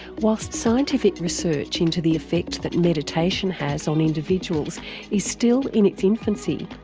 whilst scientific research into the effect that meditation has on individuals is still in its infancy,